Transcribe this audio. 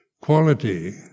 quality